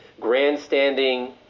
grandstanding